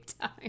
time